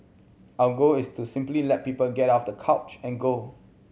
our goal is to simply let people get off the couch and go